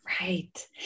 Right